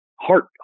heart